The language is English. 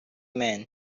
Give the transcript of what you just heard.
man